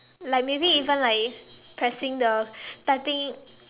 like maybe even like pressing the typing